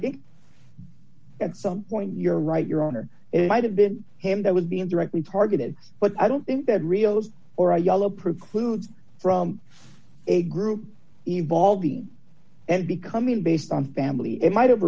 think at some point you're right your honor it might have been him that would be indirectly targeted but i don't think that rio's or a yellow precludes from a group evolving and becoming based on family it might have